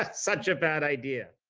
such a bad idea.